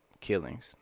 killings